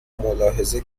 ملاحظه